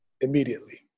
immediately